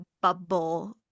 bubble